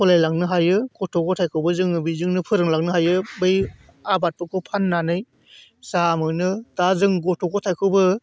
सालायलांनो हायो गथ' गथायखौबो जोङो बेजोंनो फोरोंलांनो हायो बै आबादफोरखौ फाननानै जा मोनो दा जों गथ' गथायखौबो